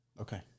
Okay